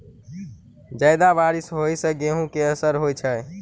जियादा बारिश होइ सऽ गेंहूँ केँ असर होइ छै?